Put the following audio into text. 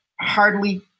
hardly